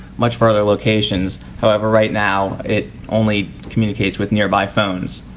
much further locations. however, right now it only communicates with nearby phones.